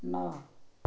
ନଅ